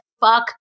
fuck